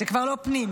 זה כבר לא פנים,